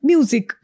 Music